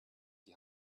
die